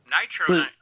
Nitro